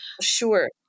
Sure